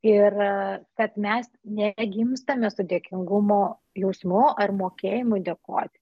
ir kad mes negimstame su dėkingumo jausmu ar mokėjimu dėkoti